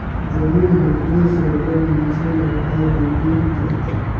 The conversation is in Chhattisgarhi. जमीन हर दो सरलग मइनसे ल भाव देके ही जाथे